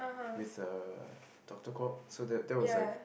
with uh doctor Kwok so that that was like